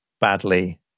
badly